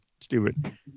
stupid